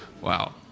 Wow